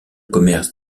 commerce